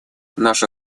наша